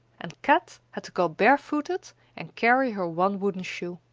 and kat had to go barefooted and carry her one wooden shoe.